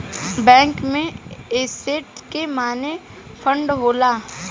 bank में asset के माने फंड होला